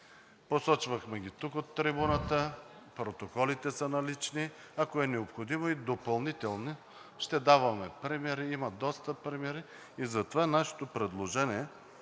Посочвахме ги тук от трибуната, протоколите са налични. Ако е необходимо, и допълнителни примери ще даваме, има доста примери и затова нашето предложение,